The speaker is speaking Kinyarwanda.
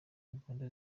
imbunda